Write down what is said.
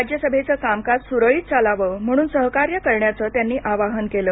राज्यसभेच कामकाज सुरळीत चालावं म्हणून सहकार्य करण्याचं त्यांनी आवाहन केलं